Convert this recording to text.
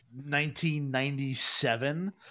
1997